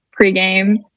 pregame